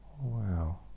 Wow